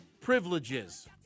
privileges